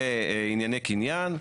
לענייני קניין.